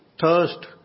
thirst